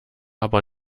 aber